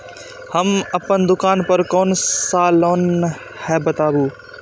हम अपन दुकान पर कोन सा लोन हैं बताबू?